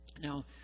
Now